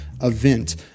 event